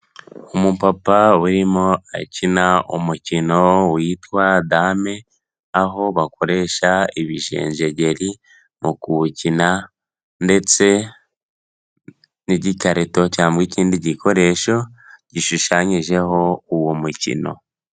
Umupapa urimo akina umukino witwa dame aho bakoresha ibijenjegeri mu kuwukina ndetse n'igikarito cyangwa ikindi gikoresho gishushanyijeho uwo mukino.